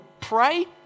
pray